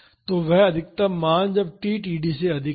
तो वह अधिकतम मान है जब t td से अधिक है